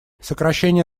сокращение